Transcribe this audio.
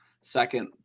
second